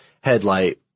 headlight